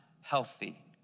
healthy